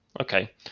Okay